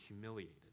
humiliated